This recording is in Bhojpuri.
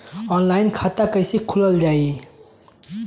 ऑनलाइन खाता कईसे खोलल जाई?